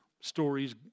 stories